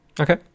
okay